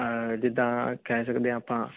ਜਿਦਾਂ ਕਹਿ ਸਕਦੇ ਆ ਆਪਾਂ